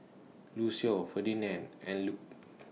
Lucio Ferdinand and Luc